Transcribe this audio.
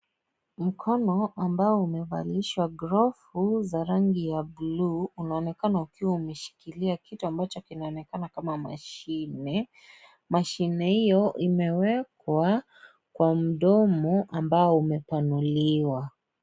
Mkono ambao umevalishwa glovu za rangi ya bluu, unaonekana kuwa umeshikilia kitu ambacho inaonekana kama mashine. Mashine hiyo imewekwa kwa mdomo ambao umefunguliwa.